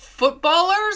Footballers